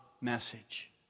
message